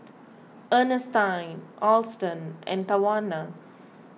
Earnestine Alston and Tawanna